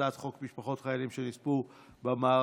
הצעת חוק משפחות חיילים שנספו במערכה,